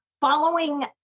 Following